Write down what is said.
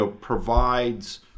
provides